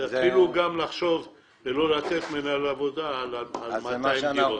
תתחילו גם לחשוב ולא לתת מנהל העבודה על 200 דירות.